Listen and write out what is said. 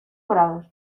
grados